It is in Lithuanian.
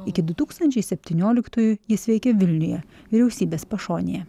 iki du tūkstančiai septynioliktųjų jis veikė vilniuje vyriausybės pašonėje